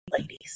ladies